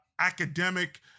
academic